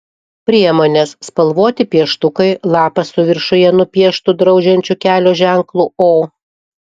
priemonės spalvoti pieštukai lapas su viršuje nupieštu draudžiančiu kelio ženklu o